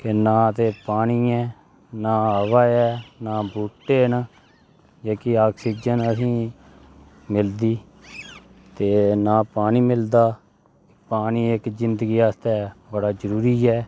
ते ना ते पानी ऐ ना हवा ऐ ना बूह्टे न जेह्की ऑक्सिजन ऐ असें गी निं मिलदी ना पानी असें गी मिलदा पानी इक जिंदगी आस्तै बड़ा जरूरी ऐ